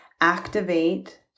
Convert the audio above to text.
activate